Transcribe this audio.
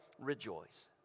rejoice